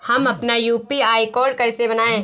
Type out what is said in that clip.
हम अपना UPI code कैसे बनाएँ?